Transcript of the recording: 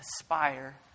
aspire